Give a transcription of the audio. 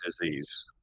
disease